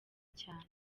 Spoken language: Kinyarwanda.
cyane